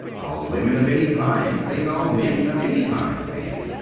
all women of any kind think all men of any kind mad.